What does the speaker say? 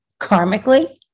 karmically